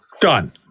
Done